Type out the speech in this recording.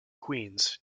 queens